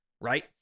right